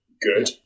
good